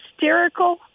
hysterical